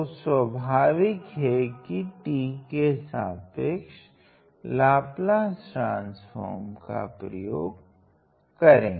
तो स्वभाविक है कि t के सापेक्ष लाप्लास ट्रान्स्फ़ोर्म का प्रयोग करे